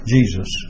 Jesus